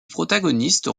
protagonistes